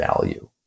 value